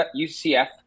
UCF